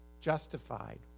justified